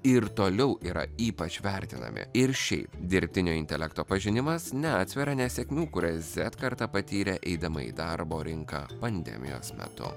ir toliau yra ypač vertinami ir šiaip dirbtinio intelekto pažinimas neatsveria nesėkmių kurias z karta patyrė eidama į darbo rinką pandemijos metu